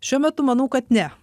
šiuo metu manau kad ne